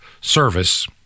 service